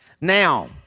Now